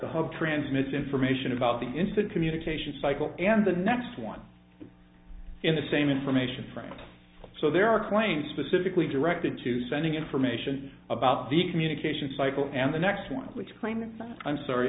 the hub transmits information about the instant communication cycle and the next one in the same information frame so there are claims specifically directed to sending information about the communication cycle and the next one which claimed i'm sorry